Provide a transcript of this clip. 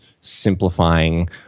simplifying